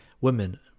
women